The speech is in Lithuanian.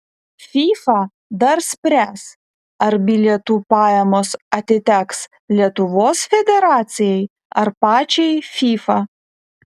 fifa dar spręs ar bilietų pajamos atiteks lietuvos federacijai ar pačiai fifa